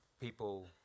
people